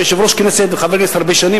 כיושב-ראש כנסת וחבר כנסת הרבה שנים,